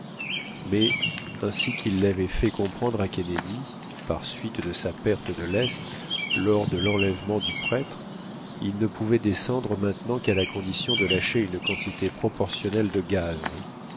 mais ainsi qu'il l'avait fait comprendre à kennedy par suite de sa perte de lest lors de l'enlèvement du prêtre il ne pouvait descendre maintenant qu'à la condition de lâcher une quantité proportionnelle de gaz